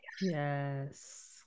Yes